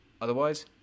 Otherwise